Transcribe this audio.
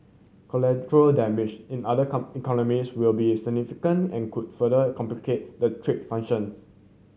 collateral damage in other come economies will be significant and could further complicate the trade